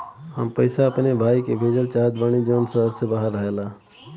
हम पैसा अपने भाई के भेजल चाहत बानी जौन शहर से बाहर रहेलन